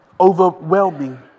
overwhelming